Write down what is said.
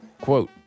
Quote